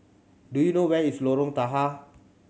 do you know where is Lorong Tahar